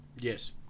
Yes